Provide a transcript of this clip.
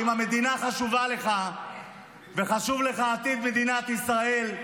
אם המדינה חשובה לך וחשוב לך עתיד מדינת ישראל,